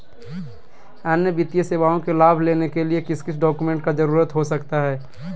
अन्य वित्तीय सेवाओं के लाभ लेने के लिए किस किस डॉक्यूमेंट का जरूरत हो सकता है?